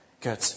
Good